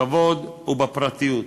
בכבוד ובפרטיות,